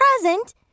present